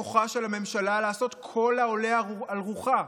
כוחה של הממשלה לעשות ככל העולה על רוחה?